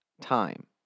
time